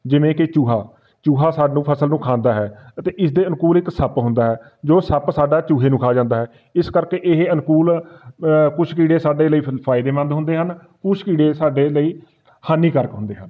ਜਿਵੇਂ ਕਿ ਚੂਹਾ ਚੂਹਾ ਸਾਨੂੰ ਫਸਲ ਨੂੰ ਖਾਂਦਾ ਹੈ ਅਤੇ ਇਸਦੇ ਅਨੁਕੂਲ ਇੱਕ ਸੱਪ ਹੁੰਦਾ ਹੈ ਜੋ ਸੱਪ ਸਾਡਾ ਚੂਹੇ ਨੂੰ ਖਾ ਜਾਂਦਾ ਹੈ ਇਸ ਕਰਕੇ ਇਹ ਅਨੁਕੂਲ ਕੁਛ ਕੀੜੇ ਸਾਡੇ ਲਈ ਫੰ ਫਾਇਦੇਮੰਦ ਹੁੰਦੇ ਹਨ ਕੁਛ ਕੀੜੇ ਸਾਡੇ ਲਈ ਹਾਨੀਕਾਰਕ ਹੁੰਦੇ ਹਨ